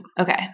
Okay